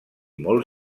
molt